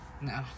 No